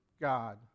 God